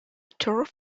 turf